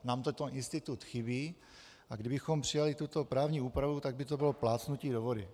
Nám tento institut chybí, a kdybychom přijali tuto právní úpravu, tak by to bylo plácnutí do vody.